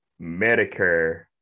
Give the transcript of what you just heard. medicare